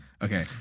Okay